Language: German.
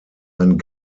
ein